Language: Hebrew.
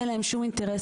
אין להם שום אינטרס,